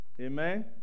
Amen